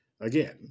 Again